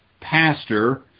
pastor